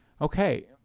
okay